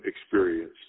experience